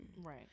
Right